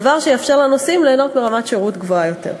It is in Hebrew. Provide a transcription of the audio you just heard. דבר שיאפשר לנוסעים ליהנות מרמת שירות גבוהה יותר.